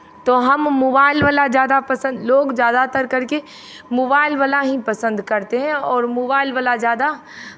तो हम मोबाइल वाला ज़्यादा पसंद लोग ज़्यादातर करके मोबाइल वाला ही पसंद करते हैं और मोबाइल वाला ज़्यादा